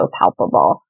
palpable